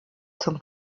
zum